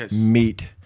meet